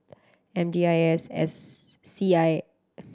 M D I S S C I